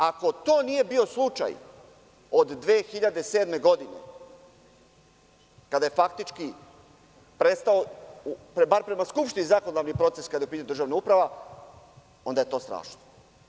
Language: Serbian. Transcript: Ako to nije bio slučaj od 2007. godine, kada je faktički prema Skupštini prestao zakonodavni proces kada je u pitanju državna uprava, onda je to strašno.